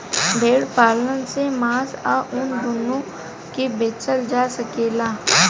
भेड़ पालन से मांस आ ऊन दूनो के बेचल जा सकेला